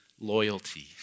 loyalty